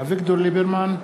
אביגדור ליברמן,